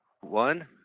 one